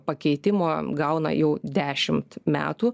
pakeitimo gauna jau dešimt metų